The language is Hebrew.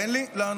תן לי לענות.